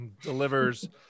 delivers